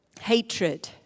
hatred